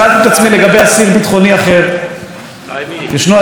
ישנו אסיר ביטחוני שעד זמן לא רב ישב פה,